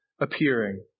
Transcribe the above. appearing